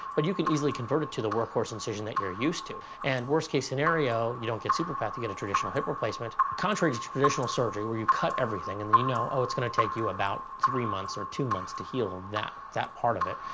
but you can easily convert it to the work horse incision that you're used to, and worst case scenario, you don't get superpath you get a traditional hip replacement. contrary to to traditional surgery where you cut everything and then you know, oh, it's going to take you about three months or two months to heal that that part of it.